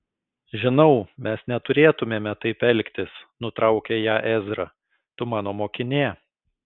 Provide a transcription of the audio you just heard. žinau mes neturėtumėme taip elgtis nutraukė ją ezra tu mano mokinė